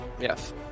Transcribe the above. Yes